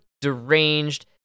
deranged